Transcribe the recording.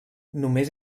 només